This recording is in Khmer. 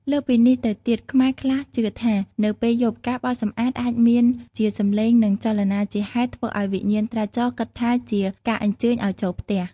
លើសពីនេះទៅទៀត ខ្មែរខ្លះជឿថា នៅពេលយប់ ការបោសសម្អាតអាចមានជាសំឡេងនិងចលនា ជាហេតុធ្វើឱ្យវិញ្ញាណត្រាច់ចរគិតថាវាជាការអញ្ជើញឱ្យចូលផ្ទះ។